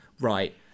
Right